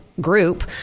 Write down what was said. group